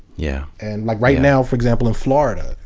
yeah and like right now for example in florida,